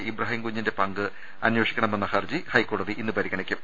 E Brahim കുഞ്ഞിന്റെ പങ്ക് അന്വേഷിക്കണമെന്ന ഹർജി ഹൈക്കോ ടതി ഇന്ന് പരിഗണിക്കും